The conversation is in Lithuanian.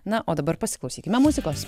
na o dabar pasiklausykime muzikos